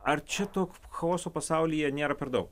ar čia to chaoso pasaulyje nėra per daug